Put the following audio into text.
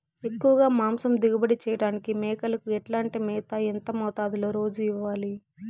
ఎక్కువగా మాంసం దిగుబడి చేయటానికి మేకలకు ఎట్లాంటి మేత, ఎంత మోతాదులో రోజు ఇవ్వాలి?